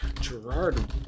Gerard